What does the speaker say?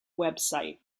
website